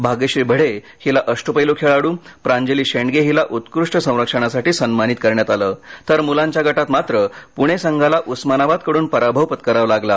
भाग्यश्री बढे हिला अष्टपैलू खेळाडू प्रांजली शेंडगे हिला उत्कृष्ट संरक्षणासाठी सन्मानित करण्यात आले तर मुलांच्या गटात मात्र पुणे संघाला उस्मानाबादकडून पराभव पत्करावा लागला